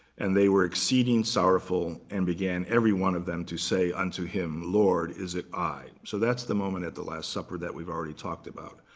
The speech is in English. and they were exceeding sorrowful and began, every one of them, to say unto him, lord, is it i? so that's the moment at the last supper that we've already talked about.